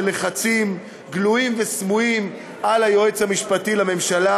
לחצים גלויים וסמויים על היועץ המשפטי לממשלה,